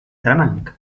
salamanca